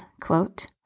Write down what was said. quote